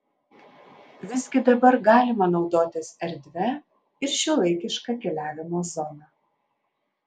visgi dabar galima naudotis erdvia ir šiuolaikiška keliavimo zona